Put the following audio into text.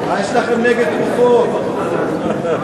מוצרי מזון,